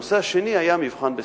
הנושא השני היה מבחן בשפת-אם.